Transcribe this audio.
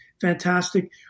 fantastic